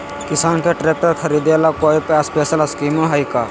किसान के ट्रैक्टर खरीदे ला कोई स्पेशल स्कीमो हइ का?